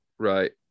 Right